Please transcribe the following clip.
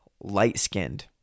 light-skinned